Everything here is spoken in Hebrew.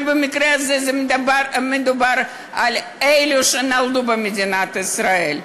אבל במקרה הזה מדובר על אלה שנולדו במדינת ישראל.